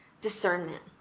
discernment